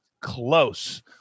close